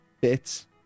bits